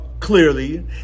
clearly